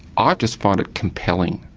ah just find it compelling,